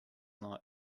night